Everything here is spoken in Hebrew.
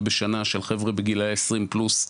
בשנה של חבר'ה בגילאי עשרים פלוס.